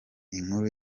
inkuru